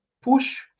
push